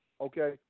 Okay